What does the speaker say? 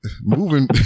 moving